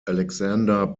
alexander